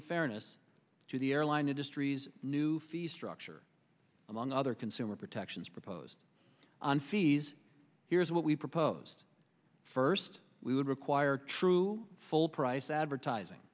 in fairness to the airline industry's new fee structure among other consumer protections proposed on fees here's what we proposed first we would require true full price advertising